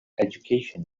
education